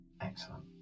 Excellent